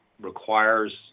requires